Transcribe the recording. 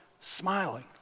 smiling